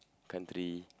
country